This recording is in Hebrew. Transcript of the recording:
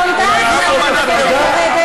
יהודית ודמוקרטית,